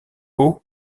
haut